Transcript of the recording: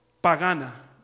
pagana